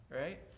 right